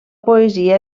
poesia